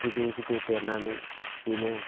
गिदिर गिदिर देरनानै बेनो